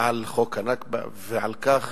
על חוק ה"נכבה", ועל כך